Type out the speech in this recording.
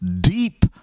deep